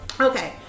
okay